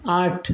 आठ